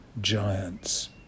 giants